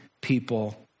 people